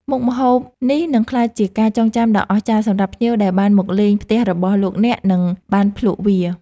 មុខម្ហូបនេះនឹងក្លាយជាការចងចាំដ៏អស្ចារ្យសម្រាប់ភ្ញៀវដែលបានមកលេងផ្ទះរបស់លោកអ្នកនិងបានភ្លក់វា។